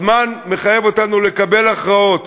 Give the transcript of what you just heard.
הזמן מחייב אותנו לקבל הכרעות.